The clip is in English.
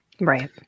right